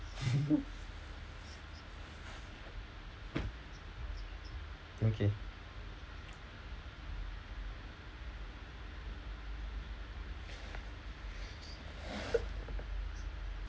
okay